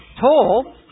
tall